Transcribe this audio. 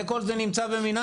זה כל זה נמצא במינהל.